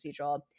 procedural